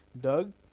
Doug